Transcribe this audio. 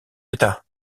d’état